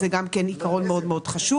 זה גם עיקרון מאוד חשוב.